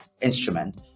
instrument